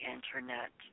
Internet